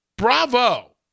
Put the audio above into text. bravo